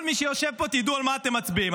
כל מי שיושב פה תדעו על מה אתם מצביעים.